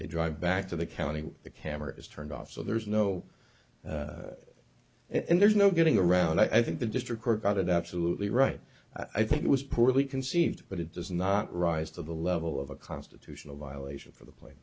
they drive back to the county the camera is turned off so there's no and there's no getting around i think the district court got it absolutely right i think it was poorly conceived but it does not rise to the level of a constitutional violation for the pl